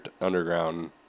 underground